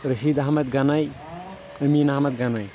Rashid Ahmad Ganai Amin Ahmad Ganai